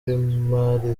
w’imari